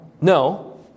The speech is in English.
No